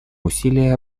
усилия